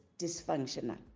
dysfunctional